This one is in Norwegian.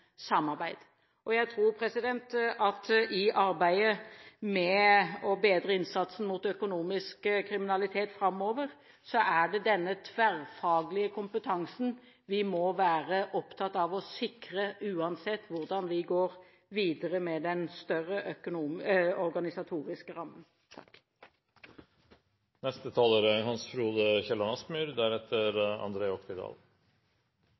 samarbeid. Jeg tror at i arbeidet med å bedre innsatsen mot økonomisk kriminalitet framover er det denne tverrfaglige kompetansen vi må være opptatt av å sikre, uansett hvordan vi går videre med den større organisatoriske rammen.